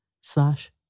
slash